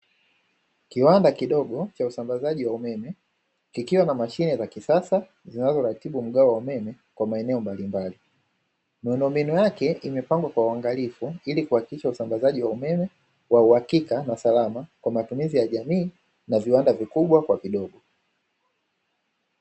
Kiwanda kidogo cha usambazaji wa umeme, kikiwa na mashine za kisasa zinazoratibu mgao wa umeme kwa maeneo mbalimbali. Miundombinu yake imepangwa kwa uangalifu, ili kuhakikisha usambazaji wa umeme wa uhakika na salama kwa matumizi ya jamii na viwanda vikubwa kwa vidogo.